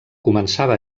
començava